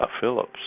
Phillips